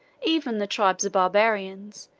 even the tribes of barbarians,